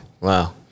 wow